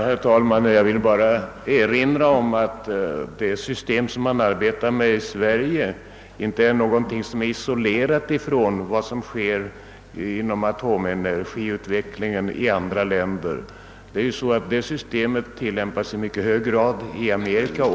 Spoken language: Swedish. Herr talman! Jag vill bara erinra om att det system som man arbetar med i Sverige inte är isolerat från atomenergiutvecklingen i andra länder. Detta system tillämpas i mycket hög grad också i Amerika.